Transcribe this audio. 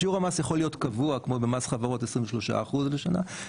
שיעור המס יכול להיות קבוע כמו במס חברות 23% לשנה,